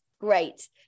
Great